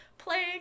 playing